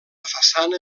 façana